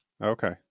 okay